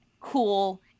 cool